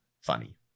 funny